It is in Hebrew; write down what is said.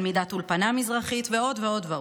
תלמידת אולפנה מזרחית ועוד ועוד ועוד.